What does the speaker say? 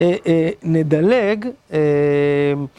נדלג